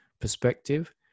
perspective